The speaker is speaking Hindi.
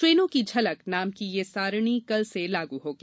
ट्रेनों की झलक नाम की यह सारिणी कल से लागू होगी